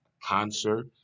concert